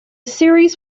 series